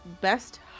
Best